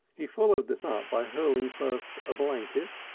he followed this up by hurling first a blanket,